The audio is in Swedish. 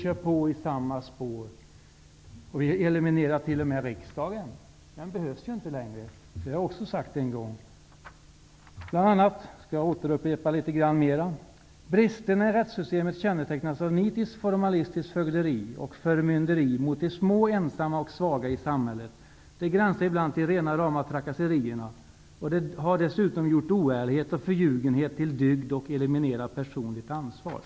Vi kör på i samma spår, och vi eliminerar t.o.m. riksdagen. Den behövs ju inte längre. Det har jag också sagt en gång tidigare. Jag skall upprepa litet mera: ''Bristerna i rättssystemet kännetecknas av nitiskt, formalistiskt fögderi och förmynderi mot de små, ensamma och svaga i samhället. Det gränsar ibland till rena, rama trakasserierna och det har dessutom gjort oärlighet och förljugenhet till dygd och eliminerat personligt ansvar.''